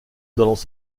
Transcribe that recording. dans